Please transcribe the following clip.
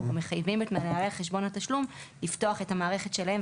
מחייבים את מנהלי חשבונות התשלום לפתוח את המערכת שלהם,